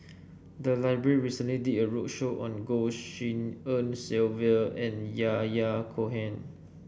the library recently did a roadshow on Goh Tshin En Sylvia and Yahya Cohen